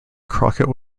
crockett